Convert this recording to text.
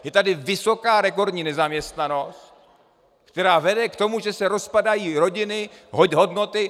Je tady vysoká, rekordní nezaměstnanost, která vede k tomu, že se rozpadají rodiny, hodnoty.